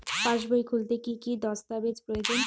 পাসবই খুলতে কি কি দস্তাবেজ প্রয়োজন?